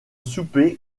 souper